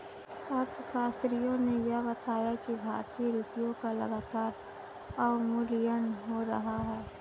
अर्थशास्त्रियों ने यह बताया कि भारतीय रुपयों का लगातार अवमूल्यन हो रहा है